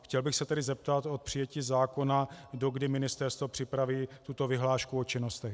Chtěl bych se tedy zeptat, od přijetí zákona dokdy ministerstvo připraví tuto vyhlášku o činnostech.